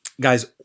guys